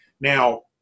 Now